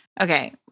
Okay